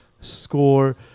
score